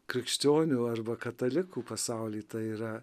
krikščionių arba katalikų pasaulyje tai yra